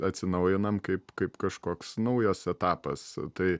atsinaujinam kaip kaip kažkoks naujas etapas tai